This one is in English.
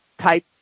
type